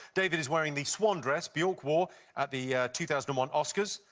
david is wearing the swan dress bjork wore at the two thousand and one oscars.